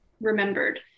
remembered